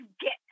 get